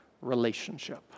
relationship